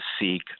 seek